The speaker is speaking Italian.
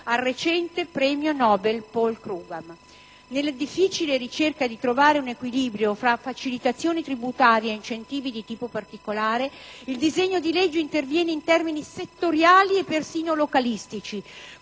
al recente premio Nobel Paul Krugman. Nella difficile ricerca di un equilibrio tra facilitazioni tributarie e incentivi di tipo particolare, il disegno di legge interviene in termini settoriali e perfino localistici,